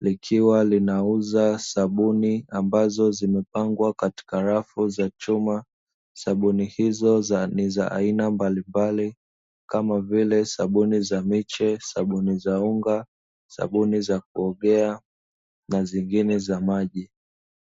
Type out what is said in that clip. likiwa linauza sabuni ambazo zimepangwa katika rafu za chuma, sabuni hizo ni za aina mbalimbali kama vile sabuni za miche, sabuni za unga, sabuni za kuogea na zingine za maji.